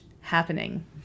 happening